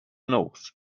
north